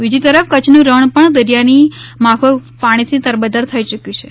બીજી તરફ કચ્છનું રણ પણ દરિયાની માફક પાણીથી તરબતર થઈ યૂક્યું છે